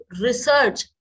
research